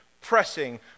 pressing